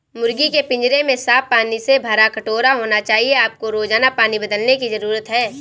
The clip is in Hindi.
मुर्गी के पिंजरे में साफ पानी से भरा कटोरा होना चाहिए आपको रोजाना पानी बदलने की जरूरत है